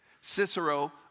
Cicero